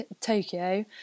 Tokyo